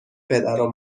پدرو